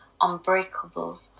unbreakable